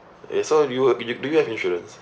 eh so do you have do you have insurance